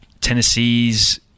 Tennessee's